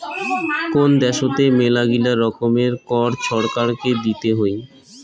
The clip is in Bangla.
কোন দ্যাশোতে মেলাগিলা রকমের কর ছরকারকে দিতে হই